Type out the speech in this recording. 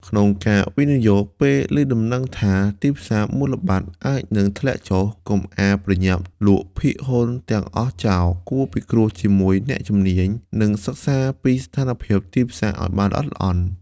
ក្នុងការវិនិយោគ ពេលឮដំណឹងថាទីផ្សារមូលបត្រអាចនឹងធ្លាក់ចុះ កុំអាលប្រញាប់លក់ភាគហ៊ុនទាំងអស់ចោល គួរពិគ្រោះជាមួយអ្នកជំនាញ និងសិក្សាពីស្ថានភាពទីផ្សារឲ្យបានល្អិតល្អន់។